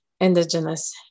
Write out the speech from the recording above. Indigenous